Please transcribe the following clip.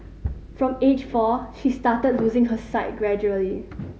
from age four she started losing her sight gradually